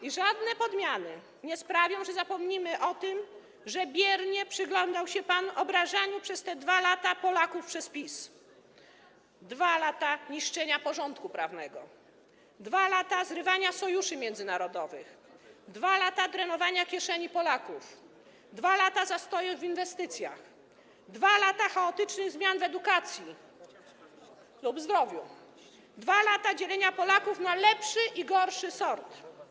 I żadne podmiany nie sprawią, że zapomnimy o tym, że biernie przyglądał się pan obrażaniu przez te 2 lata Polaków przez PiS - 2 lata niszczenia porządku prawnego, 2 lata zrywania sojuszy międzynarodowych, 2 lata drenowania kieszeni Polaków, 2 lata zastoju w inwestycjach, 2 lata chaotycznych zmian w edukacji lub zdrowiu, 2 lata dzielenia Polaków na lepszy i gorszy sort.